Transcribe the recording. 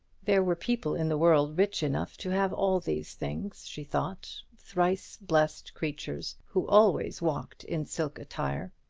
there were people in the world rich enough to have all these things, she thought thrice-blessed creatures, who always walked in silk attire.